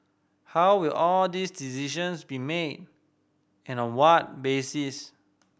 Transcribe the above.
how will all these decisions be made and on what basis